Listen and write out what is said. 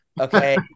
Okay